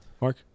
Mark